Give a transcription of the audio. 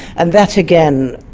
and that again,